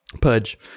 Pudge